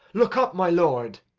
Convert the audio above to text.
look up, my lord.